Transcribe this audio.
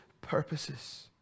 purposes